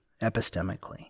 epistemically